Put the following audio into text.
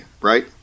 right